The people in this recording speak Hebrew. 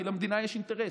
כי למדינה יש אינטרס.